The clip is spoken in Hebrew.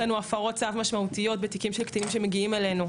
יש לנו הפרות צו משמעותיות בקטינים שמגיעים אלינו,